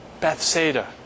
Bethsaida